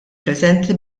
preżenti